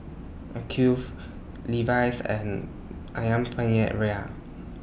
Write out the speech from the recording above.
Acuvue Levi's and Ayam Penyet Ria